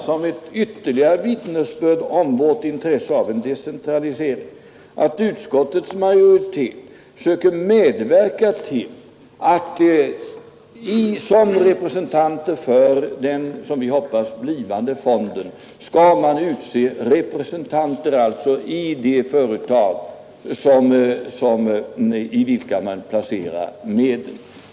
Som ett ytterligare vittnesbörd om vårt intresse för en decentralisering söker utskottets majoritet medverka till att som representanter för — som vi hoppas — den blivande fonden skall utses personer i de företag i vilka man placerar medel.